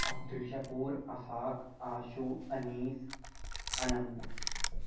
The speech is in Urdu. عبدالشکور آفاق آشو انیس انم